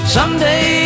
Someday